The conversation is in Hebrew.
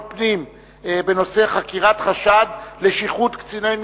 פנים בנושא: חקירת חשד לשיחוד קציני משטרה.